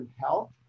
health